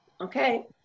okay